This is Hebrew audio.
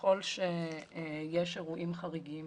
ככל שיש אירועים חריגים,